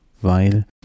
weil